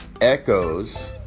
echoes